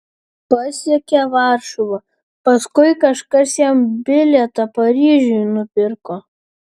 pasiekė varšuvą paskui kažkas jam bilietą paryžiun nupirko